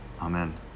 Amen